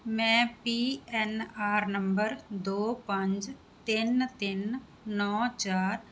ਮੈਂ P N R number ਦੋ ਪੰਜ ਤਿੰਨ ਤਿੰਨ ਨੌ ਚਾਰ